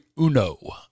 uno